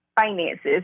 finances